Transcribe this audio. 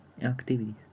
activities